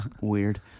weird